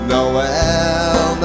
Noel